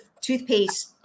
toothpaste